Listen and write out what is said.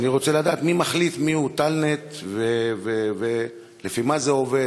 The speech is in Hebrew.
אני רוצה לדעת מי מחליט מיהו טאלנט ולפי מה זה עובד,